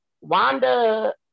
Wanda